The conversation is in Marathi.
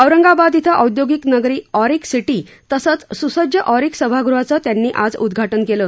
औरंगाबाद इथं औद्योगिक नगरी ऑरिक सिटी तसंच स्सज्ज ऑरिक सभागृहाचं त्यांनी आज उद्घाटन केलं